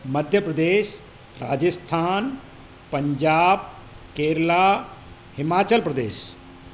Madhya Pradesh Rajasthan Punjab Kerala Himachal Pradesh